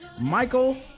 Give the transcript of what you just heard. Michael